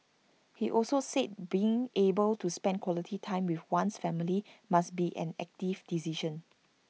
he also said being able to spend quality time with one's family must be an active decision